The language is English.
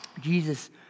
Jesus